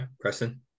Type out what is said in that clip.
Preston